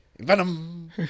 Venom